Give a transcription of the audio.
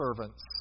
servants